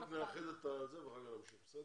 אנחנו נצביע על מיזוג שתי